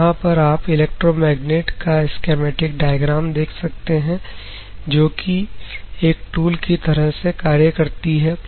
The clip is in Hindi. तो यहां पर आप इलेक्ट्रोमैग्नेट का स्कीमेटिक डायग्राम देख सकते हैं जो कि एक टूल की तरह से कार्य करती है